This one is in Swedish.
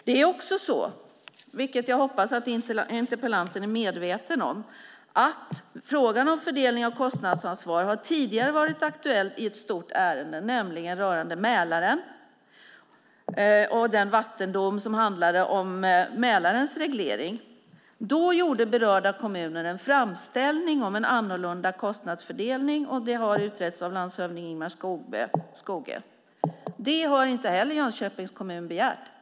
Det är också så, vilket jag hoppas att interpellanten är medveten om, att frågan om fördelning av kostnadsansvar har varit aktuell tidigare i ett stort ärende rörande Mälaren och den vattendom som handlade om Mälarens reglering. Då gjorde berörda kommuner en framställning om en annorlunda kostnadsfördelning, och det har utretts av landshövding Ingemar Skogö. Detta har inte Jönköpings kommun begärt.